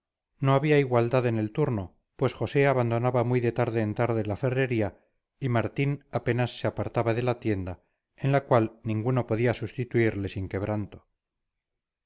no había igualdad en el turno pues josé abandonaba muy de tarde en tarde la ferrería y martín apenas se apartaba de la tienda en la cual ninguno podía sustituirle sin quebranto